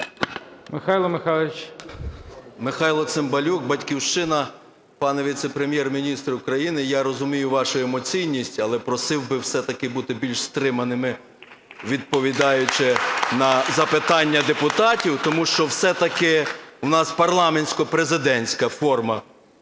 Михайло Цимбалюк, "Батьківщина". Пане віце-прем'єр-міністр України, я розумію вашу емоційність, але просив би все-таки бути більш стриманими, відповідаючи на запитання депутатів. Тому що все-таки у нас парламентсько-президентська форма